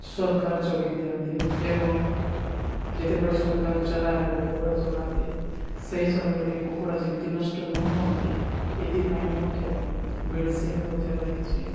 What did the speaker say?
ସରକାର ଯୋଗାଇ ଦିଅନ୍ତି ଏବଂ ଯେତେବେଳେ ସରକାର ଚାରା ଏବଂ କୁକୁଡ଼ା ଯୋଗାନ୍ତି ସେହି ସମୟରେ କୁକୁଡ଼ା ଯେମିତି ନଷ୍ଟ ନ ହୁଅନ୍ତି ଏଥିପାଇଁ ମଧ୍ୟ ମେଡ଼ିସିନ୍ ମଧ୍ୟ ରହିଛିି